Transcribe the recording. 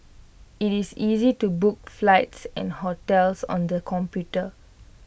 IT is easy to book flights and hotels on the computer